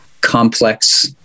complex